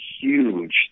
huge